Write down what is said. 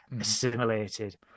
assimilated